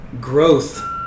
growth